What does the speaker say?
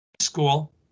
school